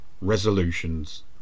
Resolutions